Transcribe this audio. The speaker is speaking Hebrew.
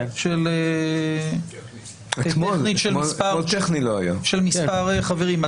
אלא טכנית של מספר חברים.